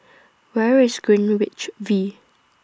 Where IS Greenwich V